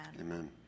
Amen